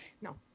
No